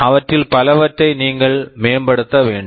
அவற்றில் பலவற்றை நீங்கள் மேம்படுத்த வேண்டும்